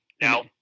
now